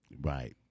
Right